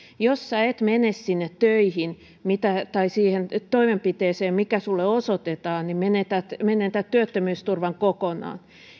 jos et mene sinne töihin tai siihen toimenpiteeseen mikä sinulle osoitetaan menetät menetät työttömyysturvan kokonaan